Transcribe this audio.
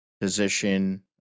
position